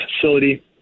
facility